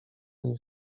niej